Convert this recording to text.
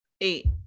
eight